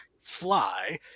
fly